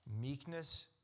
meekness